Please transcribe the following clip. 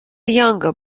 younger